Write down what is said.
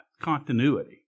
continuity